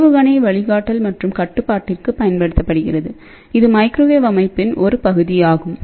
ஏவுகணை வழிகாட்டல் மற்றும் கட்டுப்பாட்டிற்கு பயன்படுத்தப்படுகிறதுஇது மைக்ரோவேவ் அமைப்பின்ஒரு பகுதியாகும்